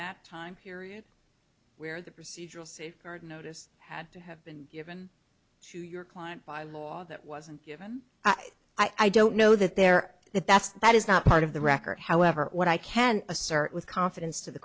that time period where the procedural safeguards notice had to have been given to your client by law that wasn't given i don't know that there that that's that is not part of the record however what i can assert with confidence to the